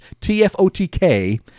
TFOTK